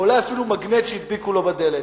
או אולי אפילו מגנט שהדביקו לו על הדלת.